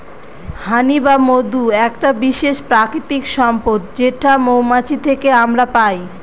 হানি বা মধু একটা বিশেষ প্রাকৃতিক সম্পদ যেটা মৌমাছি থেকে আমরা পাই